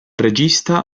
regista